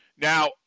Now